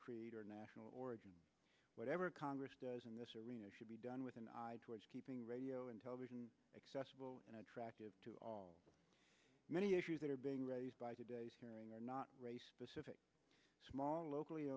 creed or national origin whatever congress does in this arena should be done with an eye towards keeping radio and television accessible and attractive to all the many issues that are being raised by today's hearing or not re specific small locally